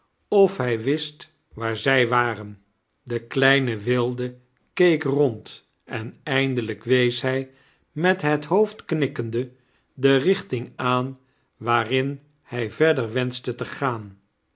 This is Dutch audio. of liij wist waar zrj waren de kleine wilde keek rond en eindelijk wees hij met het hoofd kmikkende de richting aan waarin hij verder wenschte te gaan